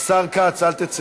השר כץ, אל תצא.